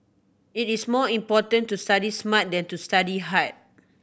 it is more important to study smart than to study hard